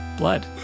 blood